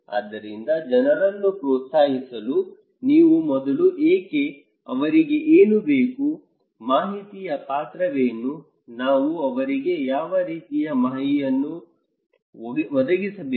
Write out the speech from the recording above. ಆದ್ದರಿಂದ ಜನರನ್ನು ಪ್ರೋತ್ಸಾಹಿಸಲು ನೀವು ಮೊದಲು ಏಕೆ ಅವರಿಗೆ ಏನು ಬೇಕು ಮಾಹಿತಿಯ ಪಾತ್ರವೇನು ನಾವು ಅವರಿಗೆ ಯಾವ ರೀತಿಯ ಮಾಹಿತಿಯನ್ನು ಒದಗಿಸಬೇಕು